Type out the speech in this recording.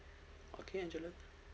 okay angela